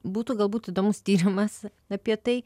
būtų galbūt įdomus tyrimas apie tai